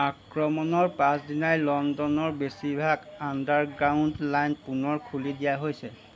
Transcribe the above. আক্ৰমণৰ পাছদিনাই লণ্ডনৰ বেছিভাগ আণ্ডাৰগ্ৰাউণ্ড লাইন পুনৰ খুলি দিয়া হৈছে